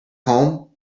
home